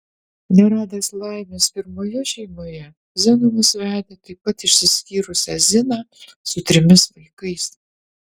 neradęs laimės pirmoje šeimoje zenonas vedė taip pat išsiskyrusią ziną su trimis vaikais